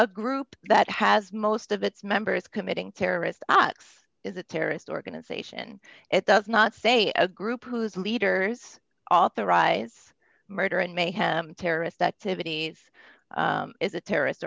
a group that has most of its members committing terrorist acts is a terrorist organization it does not say a group whose leaders authorize murder and mayhem terrorist activities is a terrorist